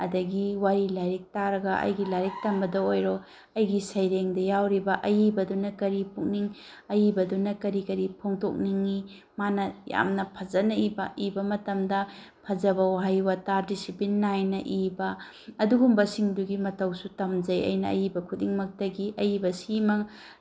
ꯑꯗꯒꯤ ꯋꯥꯔꯤ ꯂꯥꯏꯔꯤꯛ ꯇꯥꯔꯒ ꯑꯩꯒꯤ ꯂꯥꯏꯔꯤꯛ ꯇꯝꯕꯗ ꯑꯣꯏꯔꯣ ꯑꯩꯒꯤ ꯁꯩꯔꯦꯡꯗ ꯌꯥꯎꯔꯤꯕ ꯑꯏꯕꯗꯨꯅ ꯀꯔꯤ ꯄꯨꯛꯅꯤꯡ ꯑꯏꯕꯗꯨꯅ ꯀꯔꯤ ꯀꯔꯤ ꯐꯣꯡꯗꯣꯛꯅꯤꯡꯉꯤ ꯃꯥꯅ ꯌꯥꯝꯅ ꯐꯖꯅ ꯏꯕ ꯏꯕ ꯃꯇꯝꯗ ꯐꯖꯕ ꯋꯥꯍꯩ ꯋꯥꯇꯥ ꯗꯤꯁꯤꯄ꯭ꯂꯤꯟ ꯅꯥꯏꯅ ꯏꯕ ꯑꯗꯨꯒꯨꯝꯕꯁꯤꯡꯗꯨꯒꯤ ꯃꯇꯧꯁꯨ ꯇꯝꯖꯩ ꯑꯩꯅ ꯑꯏꯕ ꯈꯨꯗꯤꯡꯃꯛꯇꯒꯤ ꯑꯏꯕ ꯁꯤꯃ